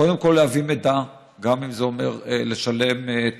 וקודם כול להביא מידע, גם אם זה אומר לשלם תשלום.